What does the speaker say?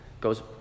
Goes